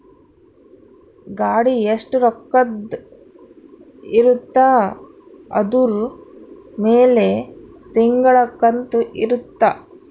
ಗಾಡಿ ಎಸ್ಟ ರೊಕ್ಕದ್ ಇರುತ್ತ ಅದುರ್ ಮೇಲೆ ತಿಂಗಳ ಕಂತು ಇರುತ್ತ